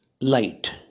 light